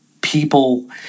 people